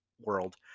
world